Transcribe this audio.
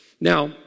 Now